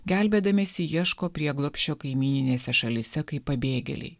gelbėdamiesi ieško prieglobsčio kaimyninėse šalyse kaip pabėgėliai